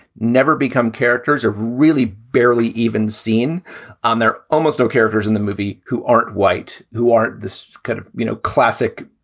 never become characters are really barely even seen on their almost no characters in the movie who aren't white, who aren't this kind of, you know, classic,